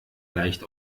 leicht